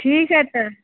ठीक है तो